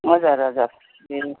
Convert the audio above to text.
हजुर हजुर ए